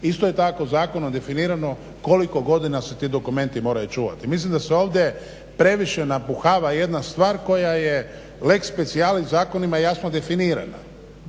Isto je tako zakonom definirano koliko godina se ti dokumenti moraju čuvati. Mislim da se ovdje previše napuhava jedna stvar koja je lex specialis zakonima jasno definirana.